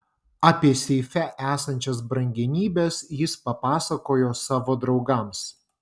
apie seife esančias brangenybes jis papasakojo savo draugams